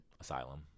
asylum